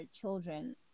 children